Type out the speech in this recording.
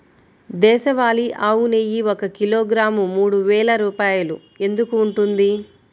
దేశవాళీ ఆవు నెయ్యి ఒక కిలోగ్రాము మూడు వేలు రూపాయలు ఎందుకు ఉంటుంది?